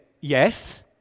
yes